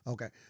Okay